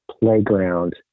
playground